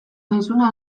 zaizuna